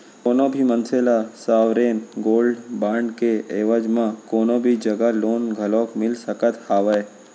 कोनो भी मनसे ल सॉवरेन गोल्ड बांड के एवज म कोनो भी जघा लोन घलोक मिल सकत हावय